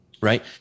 Right